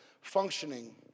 functioning